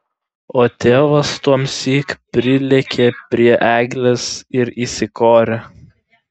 o tėvas tuomsyk prilėkė prie eglės ir įsikorė